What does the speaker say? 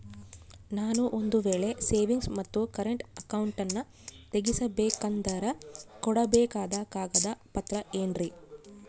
ನಾನು ಒಂದು ವೇಳೆ ಸೇವಿಂಗ್ಸ್ ಮತ್ತ ಕರೆಂಟ್ ಅಕೌಂಟನ್ನ ತೆಗಿಸಬೇಕಂದರ ಕೊಡಬೇಕಾದ ಕಾಗದ ಪತ್ರ ಏನ್ರಿ?